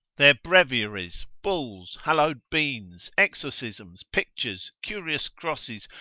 their breviaries, bulls, hallowed beans, exorcisms, pictures, curious crosses,